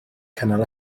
cynnal